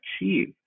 achieve